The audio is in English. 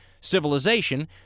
civilization